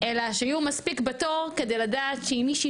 אלא שיהיו מספיק בתור כדי לדעת שאם מישהי